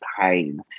pain